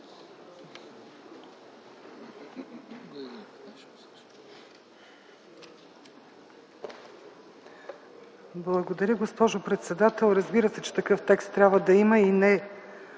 Благодаря, госпожо председател. Разбира се, че такъв текст трябва да има, не